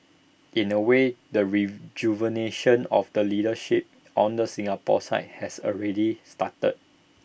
in A way the rejuvenation of leadership on the Singapore side has already started